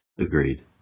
Agreed